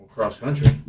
Cross-country